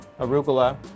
arugula